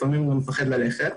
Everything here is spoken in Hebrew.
לפעמים הוא גם פוחד ללכת.